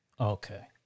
Okay